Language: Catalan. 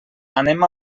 anem